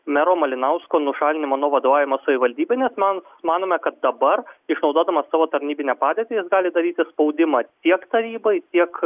mero malinausko nušalinimo nuo vadovavimo savivaldybei nes man manome kad dabar išnaudodamas savo tarnybinę padėtį jis gali daryti spaudimą tiek tarybai tiek